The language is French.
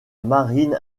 marine